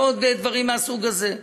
ועוד דברים מהסוג הזה.